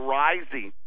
rising